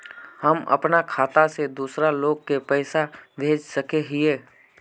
हम अपना खाता से दूसरा लोग के पैसा भेज सके हिये?